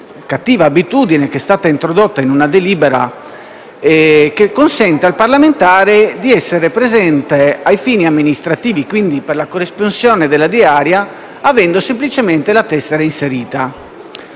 cattiva abitudine, introdotta in una delibera, che consente al parlamentare di essere presente ai fini amministrativi, quindi per la corresponsione della diaria, avendo semplicemente la tessera inserita.